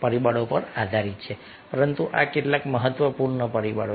પરિબળો પર આધારિત છે પરંતુ આ કેટલાક મહત્વપૂર્ણ પરિબળો છે